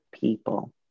People